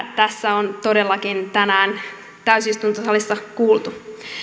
tässä on todellakin tänään täysistuntosalissa kuultu